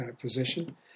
position